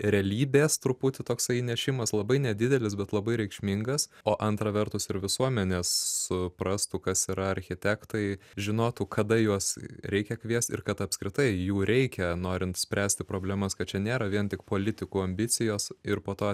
realybės truputį toksai įnešimas labai nedidelis bet labai reikšmingas o antra vertus ir visuomenė suprastų kas yra architektai žinotų kada juos reikia kviest ir kad apskritai jų reikia norint spręsti problemas kad čia nėra vien tik politikų ambicijos ir po to